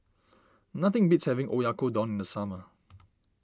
nothing beats having Oyakodon in the summer